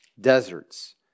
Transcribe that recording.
Deserts